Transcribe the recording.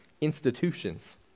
institutions